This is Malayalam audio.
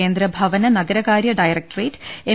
കേന്ദ്ര ഭവന നഗ രകാര്യ ഡയറക്ടറേറ്റ് എം